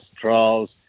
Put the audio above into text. trials